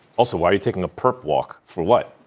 also, why are you taking a perp walk? for what?